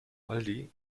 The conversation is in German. aldi